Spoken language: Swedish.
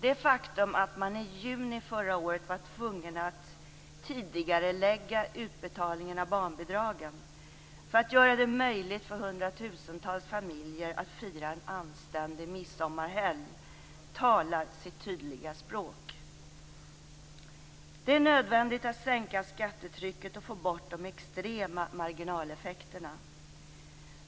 Det faktum att man i juni i förra året var tvungen att tidigarelägga utbetalningen av barnbidragen för att göra det möjligt för hundratusentals familjer att fira en anständig midsommarhelg talar sitt tydliga språk. Det är nödvändigt att sänka skattetrycket och få bort de extrema marginaleffekterna.